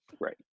Right